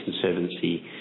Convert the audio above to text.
Conservancy